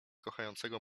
kochającego